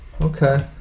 Okay